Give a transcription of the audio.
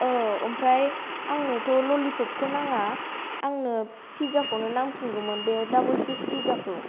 औ ओमफ्राय आंनोथ' ललिफ'फखौ नाङा आंनो फिज्जाखौनो नांफिनगौमोन बे डाबल सिस फिज्जाखौ